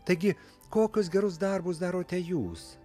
taigi kokius gerus darbus darote jūs